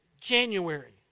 January